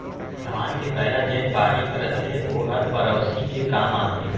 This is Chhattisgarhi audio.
धान के पैरा जेन बारीक रथे ओहर पेरौसी के काम आथे